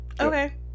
Okay